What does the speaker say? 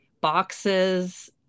boxes